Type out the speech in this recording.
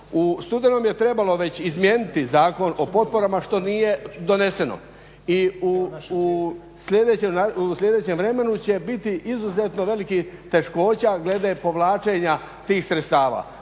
U studenom je već trebalo izmijeniti Zakon o potporama što nije doneseno. I u sljedećem vremenu će biti izuzetno velikih teškoća glede povlačenja tih sredstava.